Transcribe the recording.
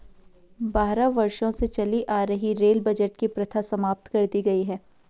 बारह वर्षों से चली आ रही रेल बजट की प्रथा समाप्त कर दी गयी